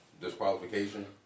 Disqualification